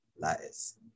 lies